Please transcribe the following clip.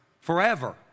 Forever